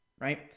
right